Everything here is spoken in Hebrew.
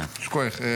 יישר כוח.